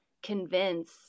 convince